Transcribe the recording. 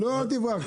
לא, אל תברח.